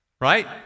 right